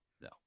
no